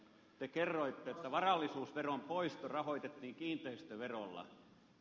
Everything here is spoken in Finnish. te kerroitte että varallisuusveron poisto rahoitettiin kiinteistöverolla